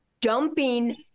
dumping